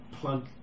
plug